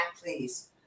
please